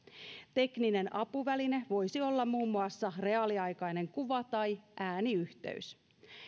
tekninen apuväline voisi olla muun muassa reaaliaikainen kuva tai ääniyhteys